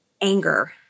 anger